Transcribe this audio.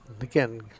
Again